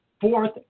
fourth